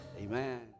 Amen